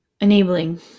enabling